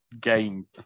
game